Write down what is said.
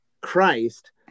Christ